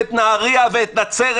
ואת נהרייה ואת נצרת,